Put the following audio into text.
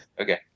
Okay